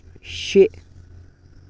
شےٚ